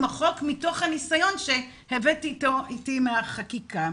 החוק מתוך הניסיון שהבאתי איתי מהחקיקה.